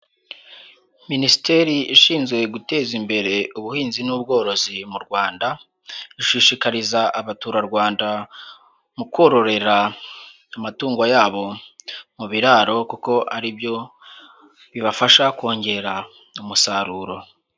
Minisiteri ishinzwe guteza imbere ubuhinzi n'ubworozi mu Rwanda, ishishikariza Abaturarwanda mu kororera amatungo yabo mu biraro kuko ari byo bibafasha kongera umusaruro.